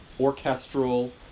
orchestral